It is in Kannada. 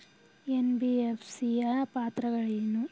ಎನ್.ಬಿ.ಎಫ್.ಸಿ ಯ ಪಾತ್ರಗಳೇನು?